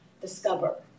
discover